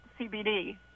CBD